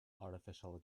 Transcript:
artificial